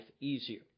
easier